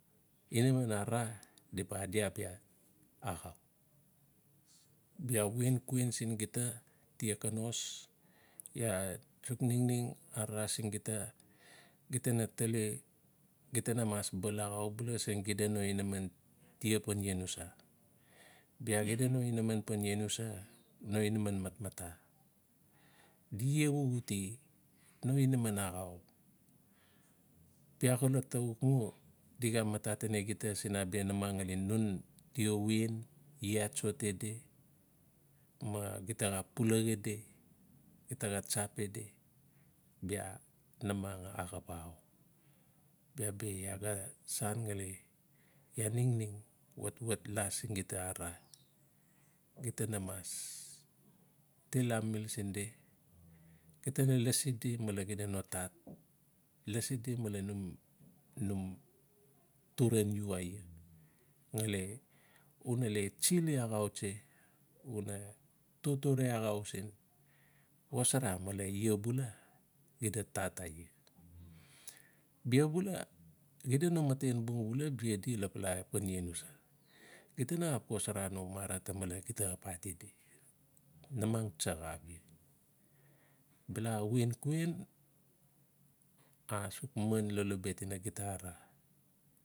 Inaman arara di ba adi abia axau. Bia wen kuen siin gita tia konos iaa suk ningning arara siin gita-gita na tali, gita na mas bal axau bula siin xida no inaman tia pan lenusa. Bia xida no inaman pan ienusa. no inaman matmata. Di iee xuxute, no inaman axau. Bia xolot ta uk mu di xa matating gita siin abia namang ngali nun wuen, le atsoli di, ma xida xa pulaxi di, gita xa tsap di bia namang axap axau. Bia bi iaa ga san ngali, iaa ningning watwat la sin gita arara, gita na mas til amimil siin di, gita na lasi di malen xida no tat, lasi di malen num-num turen iu aia, ngali una le tsili axautsi una totore axau siin. Xosara male la bula xida tataia. bia bula xida no maten bung bula, bia di lapala pan lenusa. Gita na xap xosara no mara ta male gita xap ati di. Namang tsaxa abia. Bala wen kuen, asuk manlolobet in a gita arare.